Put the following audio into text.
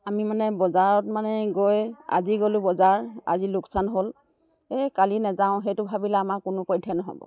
আমি মানে বজাৰত মানে গৈ আজি গ'লোঁ বজাৰ আজি লোকচান হ'ল সেই কালি নেযাওঁ সেইটো ভাবিলে আমাৰ কোনো পধ্যে নহ'ব